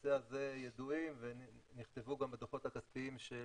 בנושא הזה ידועים ונכתבו גם בדוחות הכספיים של